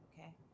Okay